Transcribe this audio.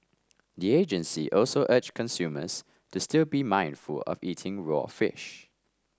the agency also urged consumers to still be mindful of eating raw fish